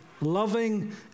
loving